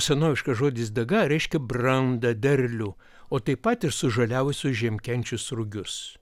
senoviškas žodis daga reiškia brandą derlių o taip pat ir sužaliavusius žiemkenčius rugius